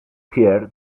pierre